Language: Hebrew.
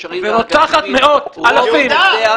ורוצחת אלפים.